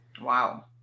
wow